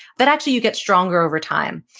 that actually you get stronger over time.